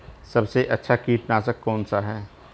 सबसे अच्छा कीटनाशक कौन सा है?